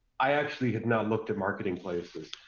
i actually had not looked at marketing places.